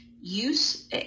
use